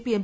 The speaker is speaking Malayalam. P M